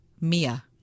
Mia